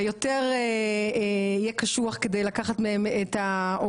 ויותר יהיה קשוח כדי לקחת מהם את או